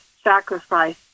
sacrifice